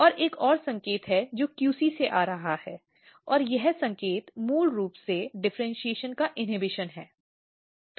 और एक और संकेत जो QC से आ रहा है और यह संकेत मूल रूप से डिफ़र्इन्शीएशन का इन्हबिशन है